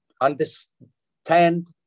understand